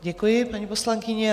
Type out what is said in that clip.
Děkuji, paní poslankyně.